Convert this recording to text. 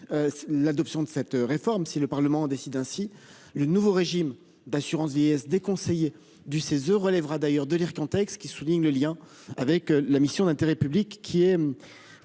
L'adoption de cette réforme si le Parlement en décide ainsi. Le nouveau régime d'assurance vieillesse des conseillers du CESE relèvera d'ailleurs de l'Ircantec. Ce qui souligne le lien avec la mission d'intérêt public qui est,